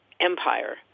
empire